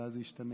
ואז זה ישתנה,